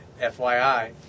FYI